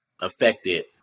affected